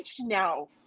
now